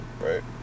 right